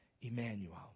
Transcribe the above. Emmanuel